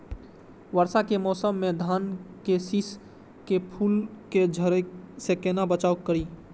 वर्षा के मौसम में धान के शिश के फुल के झड़े से केना बचाव करी?